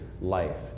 life